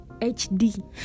HD